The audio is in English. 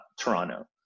Toronto